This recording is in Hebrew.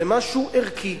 זה משהו ערכי.